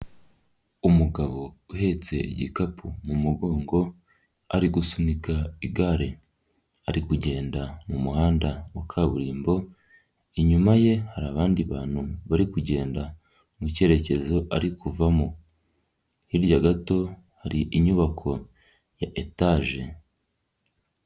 Umugabo uhetse igikapu mu mugongo, ari gusunika igare, ari kugenda mu muhanda wa kaburimbo, inyuma ye hari abandi bantu bari kugenda mu cyerekezo ari kuvamo hirya gato hari inyubako ya etaje